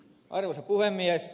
arvoisa puhemies